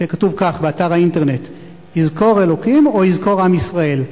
וכתוב כך באתר האינטרנט: "'יזכור אלוקים' או 'יזכור עם ישראל',